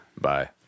bye